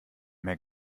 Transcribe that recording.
mehr